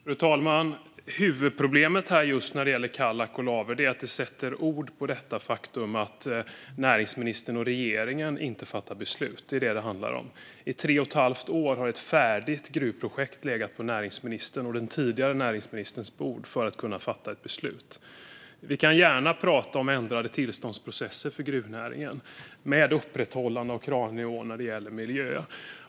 Fru talman! Huvudproblemet i fråga om Kallak och Laver sätter ord på det faktum att näringsminister och regeringen inte fattar beslut. Det är vad det handlar om. I tre och ett halvt år har ett färdigt gruvprojekt legat på näringsministerns och den tidigare näringsministerns bord i väntan på beslut. Vi kan gärna prata om ändrade tillståndsprocesser för gruvnäringen med upprätthållande av kravnivån i fråga om miljö.